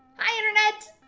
hi, internet.